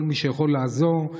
כל מי שיכול לעזור,